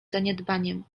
zaniedbaniem